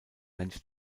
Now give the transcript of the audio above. mensch